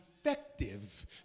effective